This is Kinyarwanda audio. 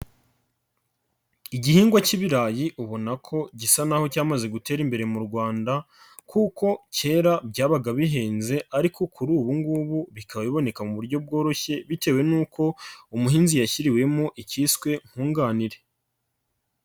Igihingwa k'ibirayi ubona ko gisa n'aho cyamaze gutera imbere mu Rwanda kuko kera byabaga bihenze ariko kuri ubu ngubu bikaba biboneka mu buryo bworoshye, bitewe n'uko umuhinzi yashyiriwemo ikiswe nkunganire.